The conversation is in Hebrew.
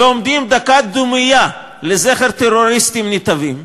ועומדים דקת דומייה לזכר טרוריסטים נתעבים,